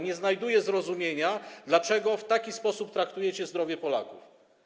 Nie znajduję zrozumienia, dlaczego w taki sposób traktujecie zdrowie Polaków.